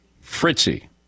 Fritzy